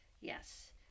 Yes